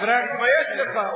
תתבייש לך.